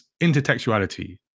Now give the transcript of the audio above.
intertextuality